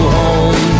home